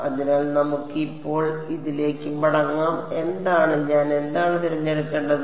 അതിനാൽ നമുക്ക് ഇപ്പോൾ ഇതിലേക്ക് മടങ്ങാം എന്താണ് ഞാൻ എന്താണ് തിരഞ്ഞെടുക്കേണ്ടത്